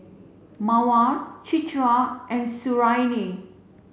Mawar Citra and Suriani